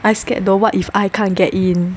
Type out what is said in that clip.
I scared though what if I can't get in